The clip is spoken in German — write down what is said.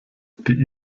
die